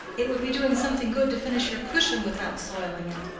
it would be doing something good to finish your cushion without soiling it.